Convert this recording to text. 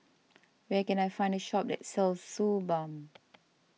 where can I find a shop that sells Suu Balm